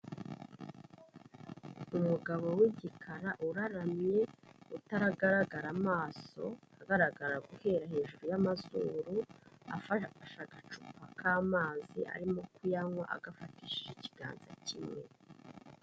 Umugabo w'igikara uraramye utaragaragara amaso agaragara guhera hejuru y'amazuru afashe agacupa k'amazi arimo kuyanywa agafashe ikiganza kimwe.